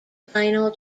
final